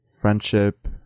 friendship